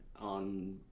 on